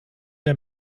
der